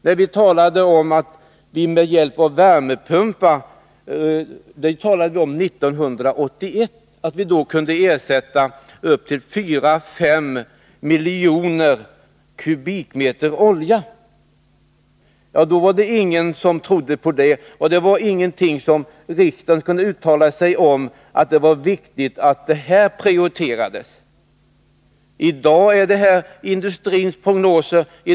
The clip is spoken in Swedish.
När vi 1981 talade om att vi med hjälp av värmepumpar kunde ersätta mellan 4 och 5 miljoner kubikmeter olja, var det ingen som trodde på det. Det var inte en fråga där riksdagen kunde uttala att det var viktigt att detta prioriterades. I dag sammanfaller industrins prognoser med vad vi sade då.